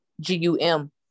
G-U-M